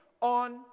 on